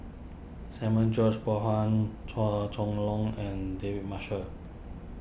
Samuel George Bonham Chua Chong Long and David Marshall